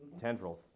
tendrils